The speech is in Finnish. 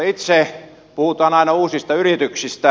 puhutaan aina uusista yrityksistä